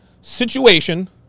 situation